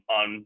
on